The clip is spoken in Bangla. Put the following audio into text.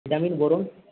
vitamin boron